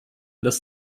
das